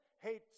hates